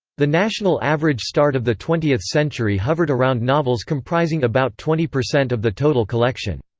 the national average start of the twentieth century hovered around novels comprising about twenty percent of the total collection.